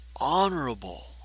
honorable